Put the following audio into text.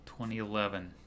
2011